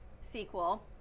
sequel